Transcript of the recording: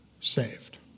saved